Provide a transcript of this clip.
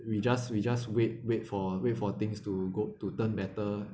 we just we just wait wait for wait for things to go to turn better